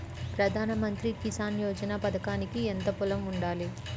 ప్రధాన మంత్రి కిసాన్ యోజన పథకానికి ఎంత పొలం ఉండాలి?